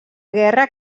guerra